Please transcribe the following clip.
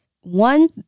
one